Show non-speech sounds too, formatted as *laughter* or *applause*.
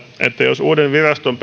että jos uuden viraston *unintelligible*